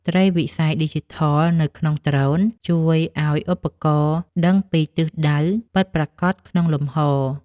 ត្រីវិស័យឌីជីថលនៅក្នុងដ្រូន ជួយឱ្យឧបករណ៍ដឹងពីទិសដៅពិតប្រាកដក្នុងលំហ។